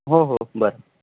हो हो बरं